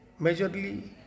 majorly